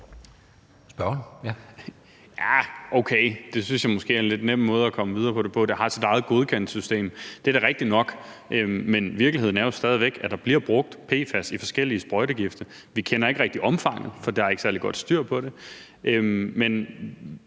at komme videre med det på, altså at sige, at det har sit eget godkendelsessystem. Det er da rigtigt nok, men virkeligheden er jo stadig væk, at der bliver brugt PFAS i forskellige sprøjtegifte. Vi kender ikke rigtig omfanget, for der er ikke særlig godt styr på det.